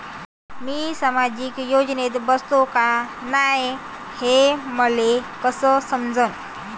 मी सामाजिक योजनेत बसतो का नाय, हे मले कस समजन?